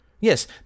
Yes